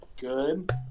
good